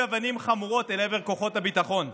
אבנים חמורות אל עבר כוחות הביטחון.